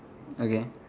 okay